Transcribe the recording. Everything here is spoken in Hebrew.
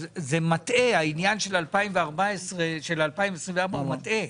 העניין של 2024 הוא מטעה,